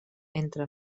entre